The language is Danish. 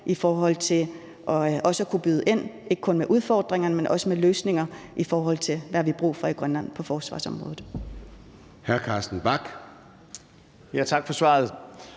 i forhold til at kunne byde ind, ikke kun i forhold til udfordringer, men også med løsninger, i forhold til hvad vi har brug for i Grønland på forsvarsområdet.